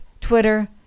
Twitter